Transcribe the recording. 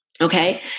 Okay